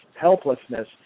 helplessness